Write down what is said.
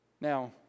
now